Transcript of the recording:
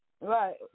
Right